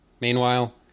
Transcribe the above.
Meanwhile